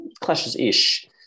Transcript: clashes-ish